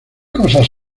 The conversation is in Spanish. cosas